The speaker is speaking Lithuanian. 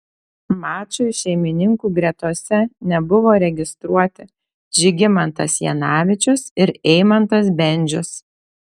mačui šeimininkų gretose nebuvo registruoti žygimantas janavičius ir eimantas bendžius